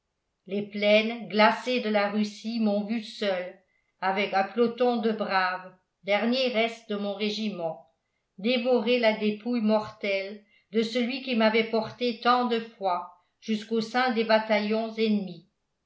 les plaines glacées de la russie m'ont vu seul avec un peloton de braves dernier reste de mon régiment dévorer la dépouille mortelle de celui qui m'avait porté tant de fois jusqu'au sein des bataillons ennemis